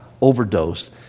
overdosed